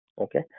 Okay